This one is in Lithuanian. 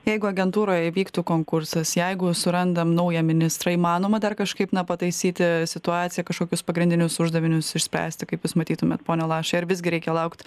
jeigu agentūroje įvyktų konkursas jeigu surandam naują ministrą įmanoma dar kažkaip na pataisyti situaciją kažkokius pagrindinius uždavinius išspręsti kaip jūs matytumėt pone lašai ar visgi reikia laukt